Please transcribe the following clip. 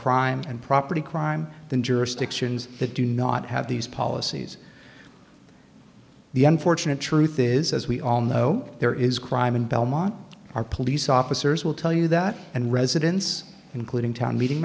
crime and property crime than jurisdictions that do not have these policies the unfortunate truth is as we all know there is crime in belmont our police officers will tell you that and residents including town meeting